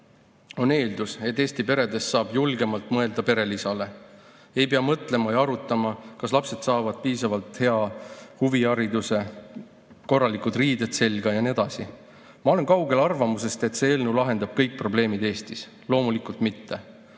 on eeldus, et Eesti peredes saab julgemalt mõelda perelisale. Ei pea mõtlema ja arutama, kas lapsed saavad piisavalt hea huvihariduse, korralikud riided selga ja nii edasi. Ma olen kaugel arvamusest, et see eelnõu lahendab kõik probleemid Eestis. Loomulikult mitte.